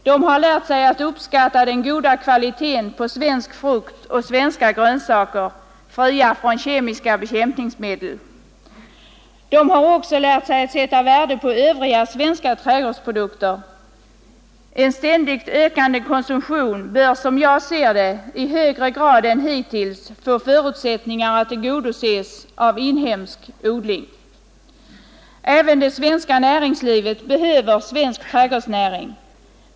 De har lärt sig att uppskatta den goda kvaliteten på svensk frukt och svenska grönsaker, fria från kemiska bekämpningsmedel. De har också lärt sig att sätta värde på övriga svenska trädgårdsprodukter. En ständigt ökande konsumtion bör, som jag ser det, i högre grad än hittills få förutsättningar att tillgodoses av inhemsk odling. Även det svenska näringslivet behöver svensk trädgårdsnäring.